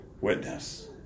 Witness